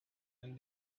and